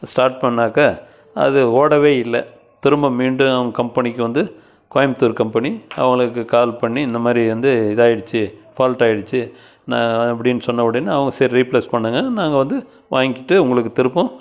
start பண்ணாக்க அது ஓடவே இல்லை திரும்ப மீண்டும் கம்பெனிக்கு வந்து கோயம்புத்தூர் கம்பெனி அவங்களுக்கு கால் பண்ணி இந்தமாதிரி வந்து இதாயிடுச்சு ஃபால்ட்டாக ஆயிடுச்சு நான் அப்படின்னு சொன்னஉடனே அவங்க சரி ரீப்பிளேஸ் பண்ணுங்கள் நாங்கள் வந்து வாங்கிக்கிட்டு உங்களுக்கு திரும்ப